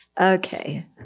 Okay